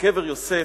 בקבר יוסף,